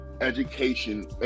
education